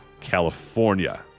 California